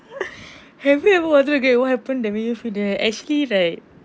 have you ever wanted to get what happened that make you feel that actually like